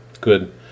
good